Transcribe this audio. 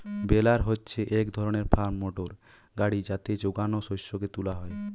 বেলার হচ্ছে এক ধরণের ফার্ম মোটর গাড়ি যাতে যোগান শস্যকে তুলা হয়